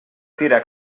tira